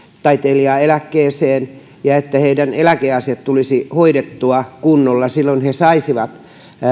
taiteilijaeläkkeeseen ja että heidän eläkeasiansa tulisi hoidettua kunnolla silloin he saisivat